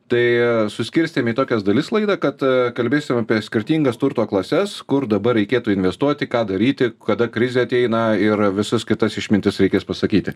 tai suskirstėm į tokias dalis laidą kad kalbėsim apie skirtingas turto klases kur dabar reikėtų investuoti ką daryti kada krizė ateina ir visas kitas išmintis reikės pasakyti